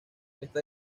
está